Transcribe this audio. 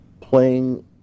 playing